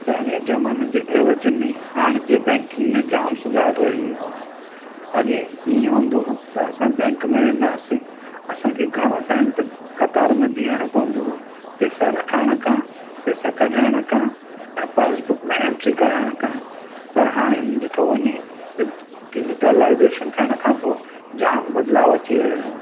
पहिरें ज़माने जे एवज़ु में हाणे जे बैंकिंग में जाम सुधार रही वियो आ अॻे ईअं हूंदो हो त असां बैंक में वेंदा हुआसीं असां खे घणो टाइम त क़तार में बीहणो पवंदो हो पैसा रखाइणु खां पैसा कढाइण खां ऐं पासबुक में एंट्री कराइणु खां पर हाणे ॾिठो वञे त डिजिटलाइज़ेशन थियणु खां पोइ जाम बदिलाउ अची वियो आहे